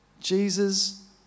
Jesus